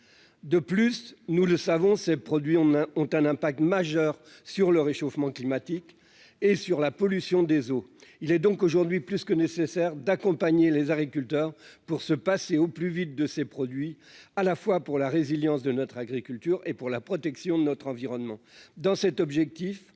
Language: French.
de plus, nous le savons, ces produits on a ont un impact majeur sur le réchauffement climatique et sur la pollution des eaux, il est donc aujourd'hui plus que nécessaire d'accompagner les agriculteurs pour se passer au plus vite de ces produits à la fois pour la résilience de notre agriculture, et pour la protection de notre environnement